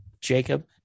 Jacob